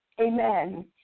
amen